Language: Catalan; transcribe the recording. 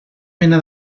mena